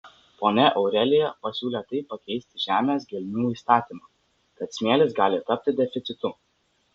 ponia aurelija pasiūlė taip pakeisti žemės gelmių įstatymą kad smėlis gali tapti deficitu